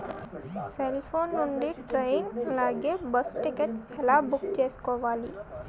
Cell phone నుండి train అలాగే bus ticket ఎలా బుక్ చేసుకోవాలి?